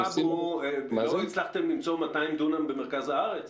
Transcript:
לא הצלחתם למצוא 200 דונם במרכז הארץ.